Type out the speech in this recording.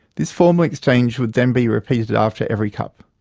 this formal exchange would then be repeated after every cup.